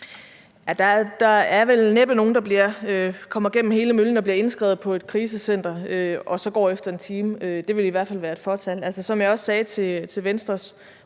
Der er vel næppe nogen, der kommer igennem hele møllen og bliver indskrevet på et krisecenter og så går efter 1 time; det ville i hvert fald være et fåtal. Som jeg også sagde til Venstres